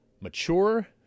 mature